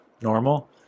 normal